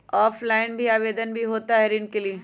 Offline भी आवेदन भी होता है ऋण के लिए?